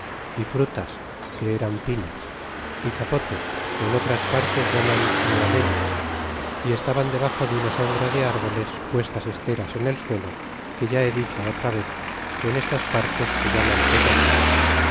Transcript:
é frutas que eran pinas y capotes que en otras partes llaman niameyes y estaban debaxo de una sombra de árboles puestas esteras en el suelo que ya he dicho otra vez que en estas partes se llaman petates